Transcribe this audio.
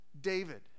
David